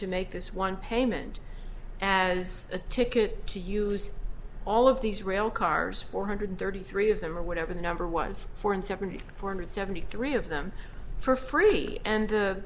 to make this one payment as a ticket to use all of these rail cars four hundred thirty three of them or whatever the number one for in seventy four hundred seventy three of them for free and